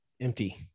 empty